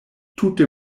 tute